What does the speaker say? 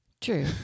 True